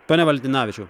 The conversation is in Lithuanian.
pone valentinavičiau